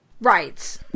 Right